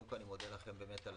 קודם כל אני מודה לכם באמת על